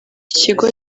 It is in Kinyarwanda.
kigo